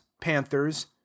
panthers